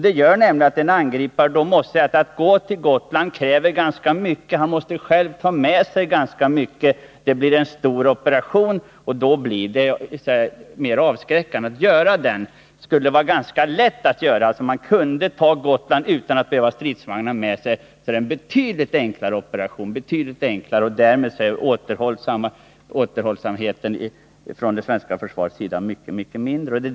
Det gör nämligen att en angripare då måste säga sig att det kräver ganska mycket att invadera Gotland. Han måste själv ta med sig ganska mycket, det blir en stor operation. Det blir då mer avskräckande för angriparen att göra en sådan operation. Skulle det vara ganska lätt att ta Gotland, utan att angriparen behöver ha stridsvagnar med sig, vore det en betydligt enklare operation. Då är det svenska försvarets återhållande effekt mycket mindre.